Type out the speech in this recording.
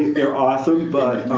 they're awesome but.